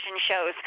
shows